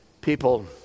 People